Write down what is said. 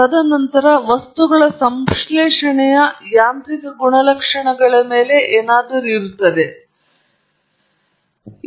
ತದನಂತರ ವಸ್ತುಗಳ ಸಂಶ್ಲೇಷಣೆಯ ಯಾಂತ್ರಿಕ ಗುಣಲಕ್ಷಣಗಳ ಮೇಲೆ ಏನಾದರೂ ಇದೆ ಮತ್ತು ನಾವು ವಸ್ತುಗಳ ಸಂಶ್ಲೇಷಣೆಯ ವಸ್ತುಗಳ ಗುಣಲಕ್ಷಣಗಳನ್ನು ಹೊಂದಿವೆ